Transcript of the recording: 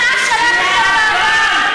70 שנה שלטתם בוועדה,